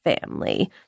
family